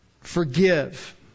forgive